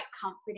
comforting